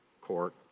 court